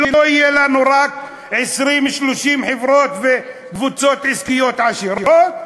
שלא יהיו לנו רק 30-20 חברות וקבוצות עסקיות עשירות,